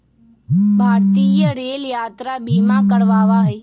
भारतीय रेल यात्रा बीमा करवावा हई